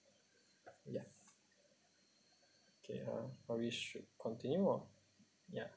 ya okay ah or we should continue ah ya